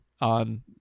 on